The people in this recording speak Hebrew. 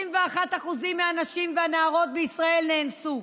21% מהנשים והנערות בישראל נאנסו,